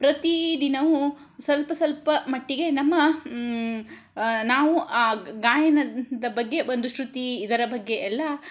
ಪ್ರತಿದಿನವೂ ಸ್ವಲ್ಪ ಸ್ವಲ್ಪ ಮಟ್ಟಿಗೆ ನಮ್ಮ ನಾವು ಆ ಗಾಯನದ ಬಗ್ಗೆ ಒಂದು ಶೃತಿ ಇದರ ಬಗ್ಗೆಯೆಲ್ಲ